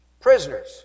prisoners